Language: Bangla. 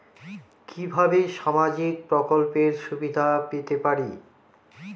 কিভাবে সামাজিক প্রকল্পের সুবিধা পেতে পারি?